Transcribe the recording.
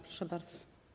Proszę bardzo.